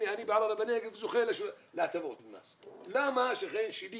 אני זוכר להטבות במס ולמה שכן שלי